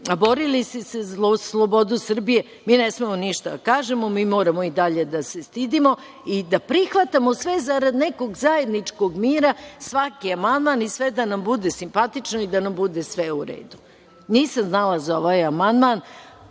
borili se za slobodu Srbije, mi ne smemo ništa da kažemo. Mi moramo i dalje da se stidimo i da prihvatamo sve zarad nekog zajedničkog mira, svaki amandman, i sve da nam bude simpatično i da nam bude sve u redu. Nisam znala za ovaj amandman.